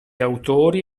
autori